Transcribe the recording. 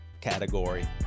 category